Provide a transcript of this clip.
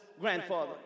grandfather